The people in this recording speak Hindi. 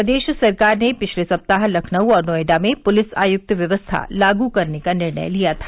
प्रदेश सरकार ने पिछले सप्ताह लखनऊ और नोएडा में पुलिस आयुक्त व्यवस्था लागू करने का निर्णय किया था